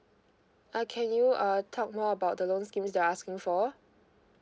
uh can you uh talk more about the loan schemes that you're asking for mm